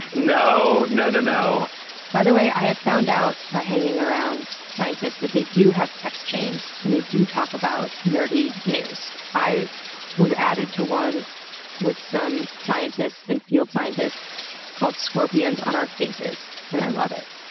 no, no. and by the way, i had found out by hanging around scientists, that they do have text chains. and they do talk about nerdy news. i was added to one with some scientists and field scientists called, scorpions on our faces. and i love it.